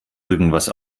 irgendwas